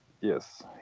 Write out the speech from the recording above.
Yes